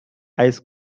ice